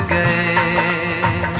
a